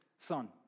Son